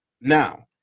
Now